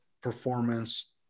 performance